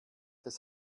des